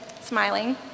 smiling